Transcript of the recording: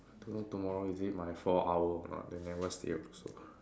don't know tomorrow is it my four hour !wah! they never say also